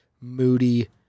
moody